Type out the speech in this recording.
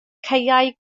caeau